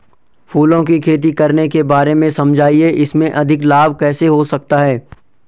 फूलों की खेती करने के बारे में समझाइये इसमें अधिक लाभ कैसे हो सकता है?